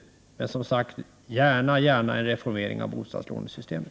Men som sagt, vi vill gärna ha en reformering av bostadslånesystemet.